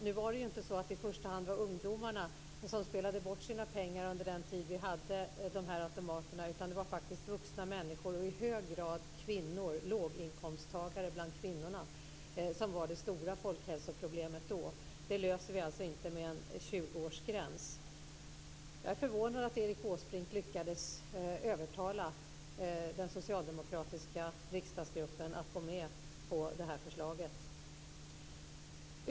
Nu var det ju inte i första hand ungdomarna som spelade bort sina pengar under den tid som vi hade dessa automater, utan det var faktiskt vuxna människor och i hög grad kvinnor, låginkomsttagare bland kvinnorna, som var det stora folkhälsoproblemet. Det problemet löser vi alltså inte med en 20-årsgräns. Jag är förvånad över att Erik Åsbrink lyckades övertala den socialdemokratiska riksdagsgruppen att gå med på detta förslag.